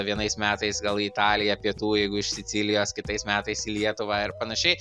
vienais metais gal į italiją pietų jeigu iš sicilijos kitais metais į lietuvą ir panašiai